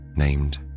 named